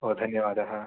ओ धन्यवादः